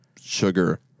sugar